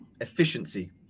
efficiency